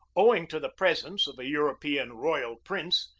owing to the presence of a european royal prince,